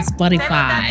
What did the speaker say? Spotify